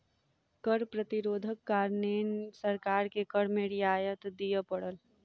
कर प्रतिरोधक कारणें सरकार के कर में रियायत दिअ पड़ल